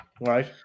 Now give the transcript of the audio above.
right